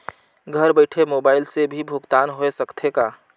घर बइठे मोबाईल से भी भुगतान होय सकथे का?